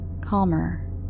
calmer